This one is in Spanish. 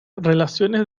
relaciones